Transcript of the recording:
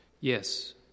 Yes